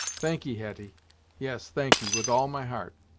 thankee, hetty yes, thankee, with all my heart.